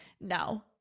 no